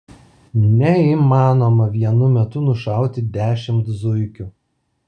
neįmanoma vienu metu nušauti dešimt zuikių